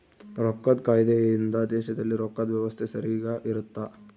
ರೊಕ್ಕದ್ ಕಾಯ್ದೆ ಇಂದ ದೇಶದಲ್ಲಿ ರೊಕ್ಕದ್ ವ್ಯವಸ್ತೆ ಸರಿಗ ಇರುತ್ತ